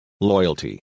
loyalty